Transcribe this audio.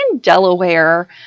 Delaware